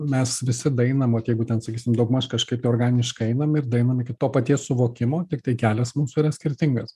mes visi daeinam vat jeigu ten sakysim daugmaž kažkaip tai organiškai ainam ir daeinam iki to paties suvokimo tiktai kelias mūsų yra skirtingas